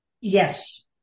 Yes